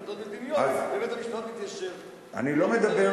החלטות מדיניות, ובית-המשפט מתיישר אני לא מדבר,